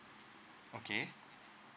okay